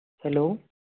hello